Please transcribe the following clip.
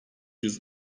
yüz